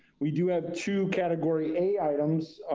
we do have two category a items,